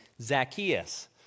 Zacchaeus